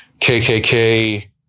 KKK